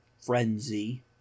frenzy